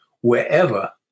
wherever